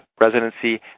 residency